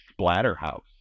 Splatterhouse